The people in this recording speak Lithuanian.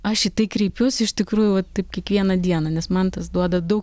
aš į tai kreipius iš tikrųjų va taip kiekvieną dieną nes man tas duoda daug